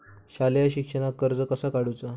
शालेय शिक्षणाक कर्ज कसा काढूचा?